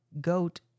goat